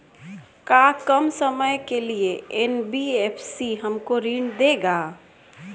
का कम समय के लिए एन.बी.एफ.सी हमको ऋण देगा?